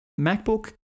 MacBook